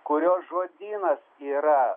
kurio žodynas yra